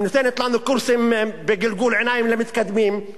נותנת לנו קורסים בגלגול עיניים למתקדמים,